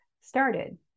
started